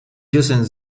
using